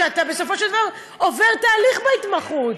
אתה בסופו של דבר עובר תהליך בהתמחות.